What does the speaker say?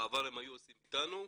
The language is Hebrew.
בעבר הם היו עושים איתנו,